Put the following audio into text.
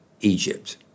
Egypt